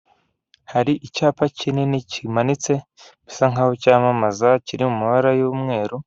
Muri gare Nyabugogo nijoro haparitswemo imodoka za bisi, ziri mu ibara ry'ubururu